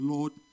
Lord